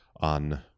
on